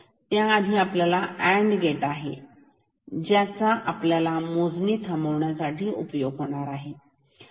त्याआधी आपल्याला AND gate आहे ज्याचा आपल्याला मोजणी थांबविण्यासाठी उपयोग होणार आहे